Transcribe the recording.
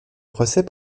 procès